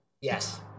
Yes